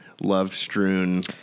love-strewn